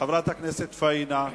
חברת הכנסת פאינה,